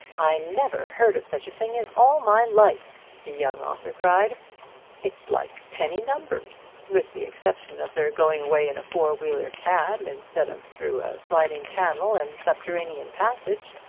i never heard of such a thing in all my life, the young author cried it's like penny numbers. with the exception of their going away in a four-wheeler cab instead of through a sliding panel and subterranean passage,